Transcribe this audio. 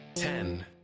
Ten